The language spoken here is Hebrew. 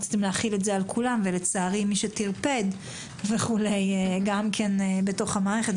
רציתם להחיל את זה על כולם ולצערי מישהו טרפד בתוך המערכת.